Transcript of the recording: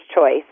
choice